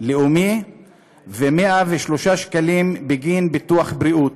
לאומי ו-103 שקלים בגין ביטוח בריאות,